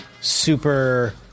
super